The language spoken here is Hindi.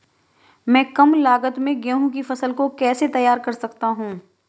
मैं कम लागत में गेहूँ की फसल को कैसे तैयार कर सकता हूँ?